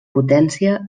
potència